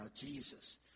Jesus